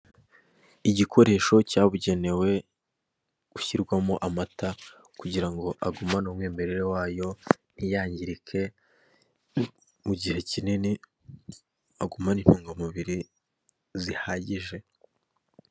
Igikoresho cyabugenewe gushyirwamo amata kugira ngo agumane umwimerere wayo, ntiyangirike mu gihe kinini agumane intungamubiri zihagije.